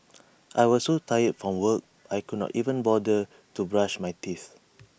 I was so tired from work I could not even bother to brush my teeth